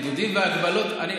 בידודים והגבלות,